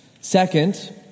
Second